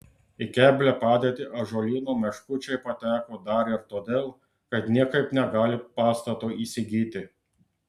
į keblią padėtį ąžuolyno meškučiai pateko dar ir todėl kad niekaip negali pastato įsigyti